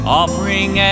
offering